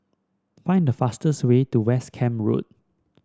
find the fastest way to West Camp Road